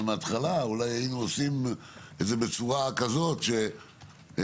מההתחלה אולי היינו עושים את זה בצורה כזאת שכל